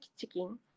chicken